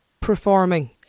performing